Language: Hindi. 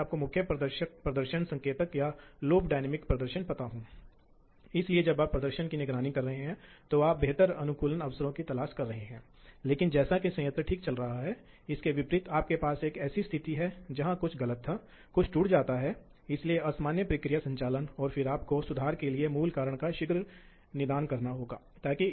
आप इस रैखिक के साथ या परिपत्र के साथ किस तरह का प्रक्षेप कर रहे हैं या क्या यह परवलयिक अतिरिक्त हो सकता है फिर आप किस तरह की प्रतिक्रिया का उपयोग कर रहे हैं चाहे आप डिजिटल प्रतिक्रिया का उपयोग कर रहे हों या एनालॉग प्रतिक्रिया का उपयोग कर रहे हों मूल लंबाई इकाई क्या है